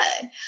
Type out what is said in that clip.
good